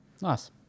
Nice